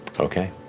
okay.